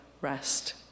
rest